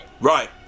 right